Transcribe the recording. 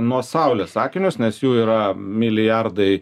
nuo saulės akinius nes jų yra milijardai